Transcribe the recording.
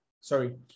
sorry